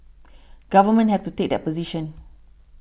governments have to take that position